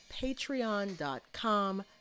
patreon.com